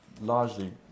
largely